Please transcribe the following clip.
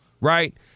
right